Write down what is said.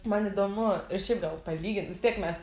man įdomu ir šiaip gal palygint vis tiek mes